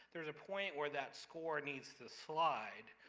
there's a point where that score needs to slide,